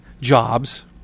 jobs